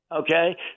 Okay